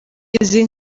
izi